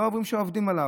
לא אוהבים שעובדים עליהם.